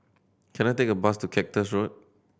can I take a bus to Cactus Road